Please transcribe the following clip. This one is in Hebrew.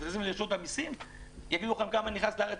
תשאלו את רשות המסים והם יגידו לכם כמה סיגריות נכנסות לארץ.